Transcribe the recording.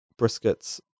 briskets